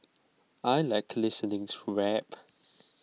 I Like listening to rap